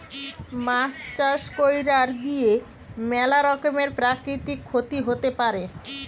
মাছ চাষ কইরার গিয়ে ম্যালা রকমের প্রাকৃতিক ক্ষতি হতে পারে